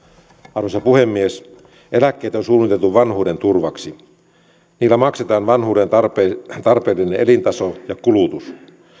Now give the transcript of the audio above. arvoisa puhemies eläkkeet on suunniteltu vanhuuden turvaksi niillä maksetaan vanhuuden tarpeellinen elintaso ja kulutus